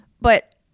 But-